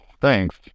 Thanks